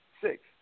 Six